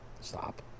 Stop